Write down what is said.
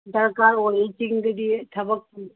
ꯗꯔꯀꯥꯔ ꯑꯣꯏ ꯆꯤꯡꯗꯗꯤ ꯊꯕꯛ